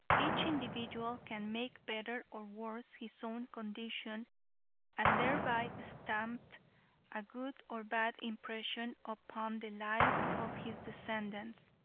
each individual can make better or worse his own condition and thereby stamp a good or bad impression upon the lives of his descendants.